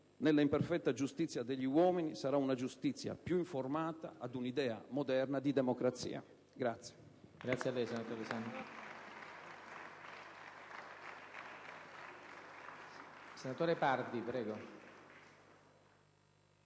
Nella imperfetta giustizia degli uomini sarà una giustizia più informata a un'idea moderna di democrazia.